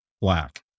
black